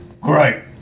Great